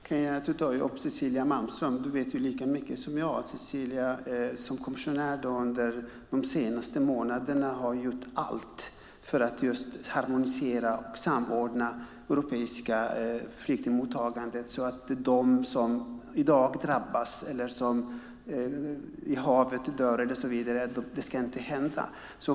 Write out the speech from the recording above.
Fru talman! Carina nämner Cecilia Malmström. Carina vet lika väl som jag att Cecilia som kommissionär under de senaste månaderna har gjort allt för att harmonisera och samordna det europeiska flyktingmottagandet så att det inte ska behöva hända att människor drabbas eller dör i havet som i dag.